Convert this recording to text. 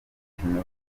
kimwe